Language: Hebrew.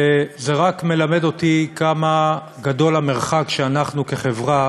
וזה רק מלמד אותי כמה גדול המרחק שאנחנו כחברה